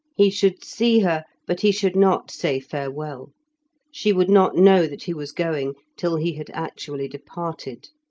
he should see her, but he should not say farewell she would not know that he was going till he had actually departed.